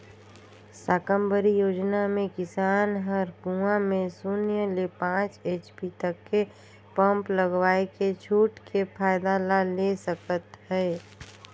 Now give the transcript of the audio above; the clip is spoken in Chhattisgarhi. साकम्बरी योजना मे किसान हर कुंवा में सून्य ले पाँच एच.पी तक के पम्प लगवायके छूट के फायदा ला ले सकत है